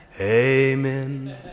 Amen